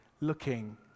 looking